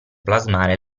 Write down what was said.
plasmare